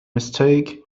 mistake